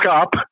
up